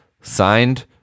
Signed